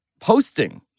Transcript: posting